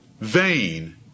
vain